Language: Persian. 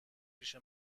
پیش